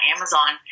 Amazon